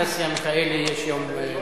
לחברת הכנסת אנסטסיה מיכאלי יש יום-הולדת.